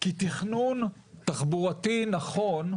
כי תכנון תחבורתי נכון,